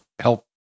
help